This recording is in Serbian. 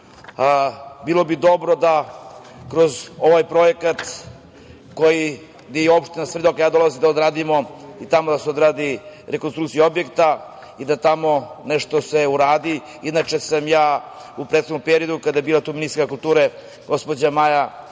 Bilo bi dobro da kroz ovaj projekat koji, gde je i opština Svrljig iz koje ja dolazim, da odradimo i tamo da se odradi rekonstrukcija objekta i da se tamo nešto uradi. Inače, ja sam u prethodnom periodu kada je bila tu ministarka kulture, gospođa Maja,